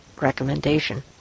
recommendation